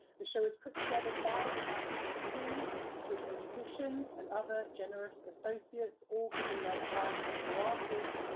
the show is put together by the bioscope team, including the musicians, and other generous associates, all giving their time gratis,